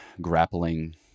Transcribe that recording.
grappling